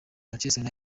manchester